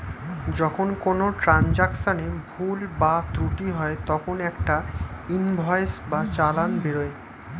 যখন কোনো ট্রান্জাকশনে ভুল বা ত্রুটি হয় তখন একটা ইনভয়েস বা চালান বেরোয়